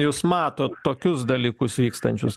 jūs matot tokius dalykus vykstančius